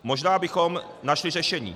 Možná bychom našli řešení.